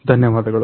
ಧನ್ಯವಾದಗಳು